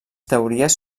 teories